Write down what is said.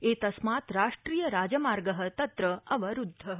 एतस्मात् राष्ट्रिय राजमार्गः तत्र अवरुद्धः